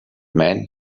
man